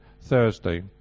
Thursday